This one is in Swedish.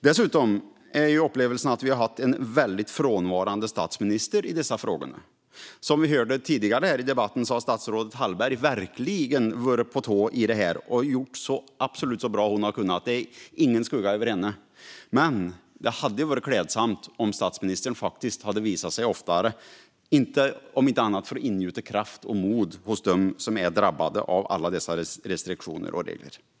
Dessutom är upplevelsen att vi har haft en väldigt frånvarande statsminister i dessa frågor. Som vi hörde tidigare i debatten har statsrådet Hallberg verkligen varit på tå och absolut gjort så bra hon har kunnat. Det är ingen skugga över henne. Men det hade varit klädsamt om statsministern faktiskt hade visat sig oftare, om inte annat för att ingjuta kraft hos dem som är drabbade av alla dessa restriktioner och regler. Herr talman!